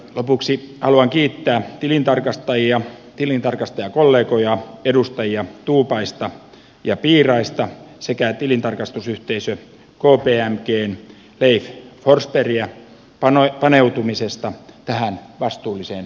lopuksi haluan kiittää tilintarkastajia tilintarkastajakollegoja edustajia tuupaista ja piiraista sekä tilintarkastusyhteisö kpmgn leif forsbergiä paneutumisesta tähän vastuulliseen tehtävään